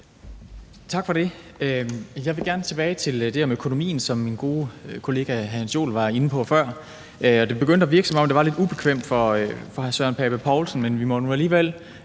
Tak for det. Jeg vil gerne vende tilbage til det her med økonomien, som min gode kollega hr. Jens Joel var inde på før. Det begyndte at virke, som om det var lidt ubekvemt for hr. Søren Pape Poulsen, men vi må nu alligevel